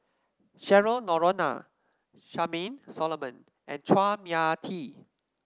Cheryl Noronha Charmaine Solomon and Chua Mia Tee